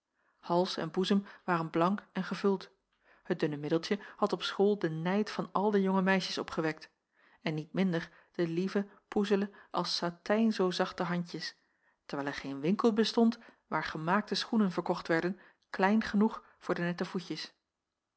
hals en boezem waren blank en gevuld het dunne middeltje had op school de nijd van al de jonge meisjes opgewekt en niet minder de lieve poezele als satijn zoo zachte handjes terwijl er geen winkel bestond waar gemaakte schoenen verkocht werden klein genoeg voor de nette voetjes